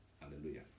Hallelujah